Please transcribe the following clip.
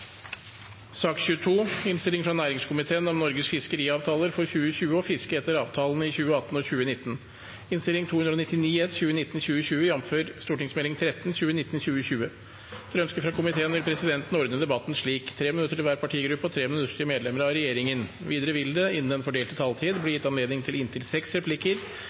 sak nr. 14. Sakene nr. 15 og 16 vil bli behandlet under ett. Etter ønske fra helse- og omsorgskomiteen vil presidenten ordne debatten slik: 5 minutter til hver partigruppe og 5 minutter til medlemmer av regjeringen. Videre vil det – innenfor den fordelte taletid – bli gitt anledning til inntil seks replikker